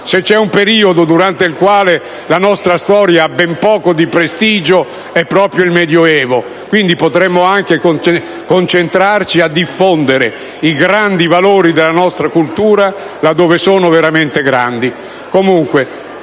se c'è un periodo durante il quale la nostra storia ha ben poco prestigio è proprio il Medioevo. Quindi, potremmo anche concentrarci a diffondere i grandi valori della nostra cultura là dove sono veramente grandi.